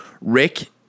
Rick